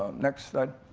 um next slide.